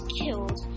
killed